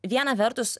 viena vertus